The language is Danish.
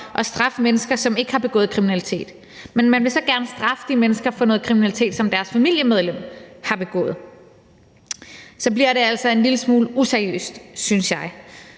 at straffe mennesker, som ikke har begået kriminalitet, og man vil så gerne straffe de mennesker for noget kriminalitet, som deres familiemedlem har begået. Så bliver det altså en lille smule useriøst, synes jeg.